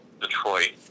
Detroit